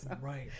right